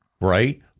right